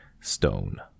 stone